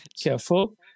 Careful